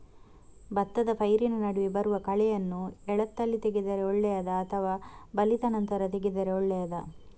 ಭತ್ತದ ಪೈರಿನ ನಡುವೆ ಬರುವ ಕಳೆಯನ್ನು ಎಳತ್ತಲ್ಲಿ ತೆಗೆದರೆ ಒಳ್ಳೆಯದಾ ಅಥವಾ ಬಲಿತ ನಂತರ ತೆಗೆದರೆ ಒಳ್ಳೆಯದಾ?